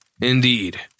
Indeed